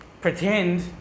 pretend